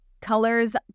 Colors